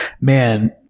man